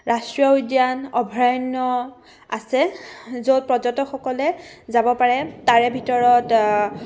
ৰাষ্ট্ৰীয় উদ্যান অভয়াৰণ্য আছে য'ত পৰ্যটকসকলে যাব পাৰে তাৰে ভিতৰত